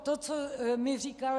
To, co mi říkal...